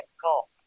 call